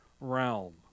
realm